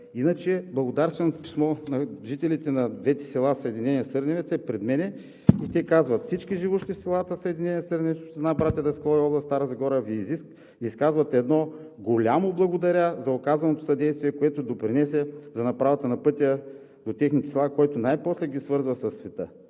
Иначе благодарственото писмо на жителите на двете села – Съединение и Сърневец, е пред мен и те казват: „Всички живущи в селата Съединение и Сърневец, община Братя Даскалови, област Стара Загора, Ви изказват едно голямо „Благодаря!“ за оказаното съдействие, което допринесе за направата на пътя до техните села, който най-после ги свързва със света.“